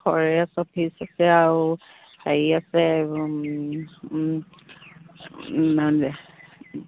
forest office আছে আৰু হেৰি আছে